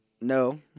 No